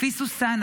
לפי סוסנה,